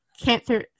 cancer